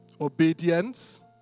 Obedience